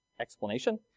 explanation